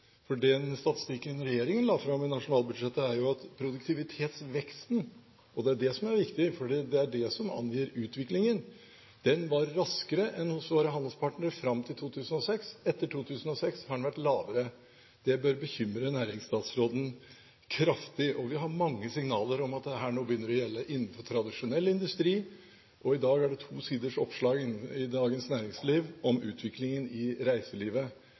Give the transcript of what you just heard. for, så er det jo nettopp det. Den statistikken regjeringen la fram i nasjonalbudsjettet, er jo at produktivitetsveksten – og det er det som er viktig, for det er det som angir utviklingen – var raskere enn hos våre handelspartnere fram til 2006, etter 2006 har den vært lavere. Det bør bekymre næringsstatsråden kraftig, og vi har mange signaler om at dette nå begynner å gjelde innenfor tradisjonell industri. I dag er det to siders oppslag i Dagens Næringsliv om utviklingen i reiselivet.